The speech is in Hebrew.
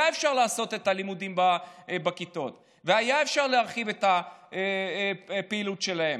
היה אפשר לעשות את הלימודים בכיתות והיה אפשר להרחיב את הפעילות שלהם.